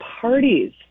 parties